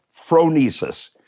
phronesis